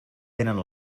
tenen